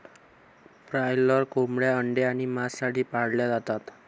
broiler कोंबड्या अंडे आणि मांस साठी पाळल्या जातात